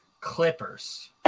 Clippers